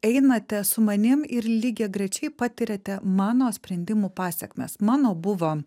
einate su manim ir lygiagrečiai patiriate mano sprendimų pasekmes mano buvo